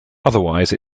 otherwise